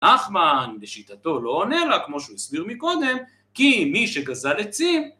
נחמן בשיטתו לא עונה לה כמו שהוא הסביר מקודם כי מי שגזל עצים